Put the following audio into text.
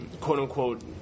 quote-unquote